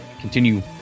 continue